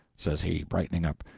says he, brightening up,